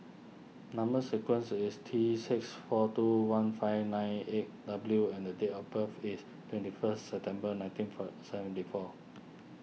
Number Sequence is T six four two one five nine eight W and date of birth is twenty first September nineteen fur seventy four